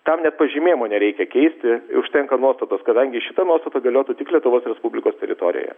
tam pažymėjimo nereikia keisti užtenka nuotaikos kadangi šita nuostata galiotų tik lietuvos respublikos teritorijoje